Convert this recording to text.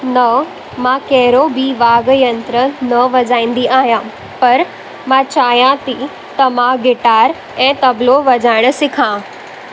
न मां कहिड़ो बि वाद्य यंत्र न वजाईंदी आहियां पर मां चाहियां थी त मां गिटार ऐं तबलो वजाइण सिखां